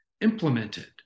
implemented